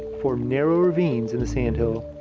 form narrow ravines in the sandhill.